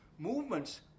movements